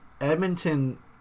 Edmonton